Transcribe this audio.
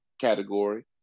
category